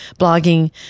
blogging